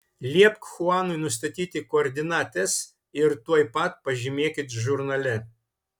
liepk chuanui nustatyti koordinates ir tuoj pat pažymėkit žurnale